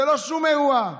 זה לא שום אירוע.